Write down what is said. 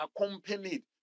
accompanied